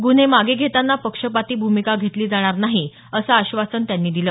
गुन्हे मागे घेताना पक्षपाती भूमिका घेतली जाणार नाही असं आश्वासन त्यांनी दिलं